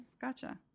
gotcha